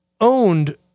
owned